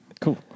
Cool